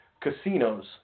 Casinos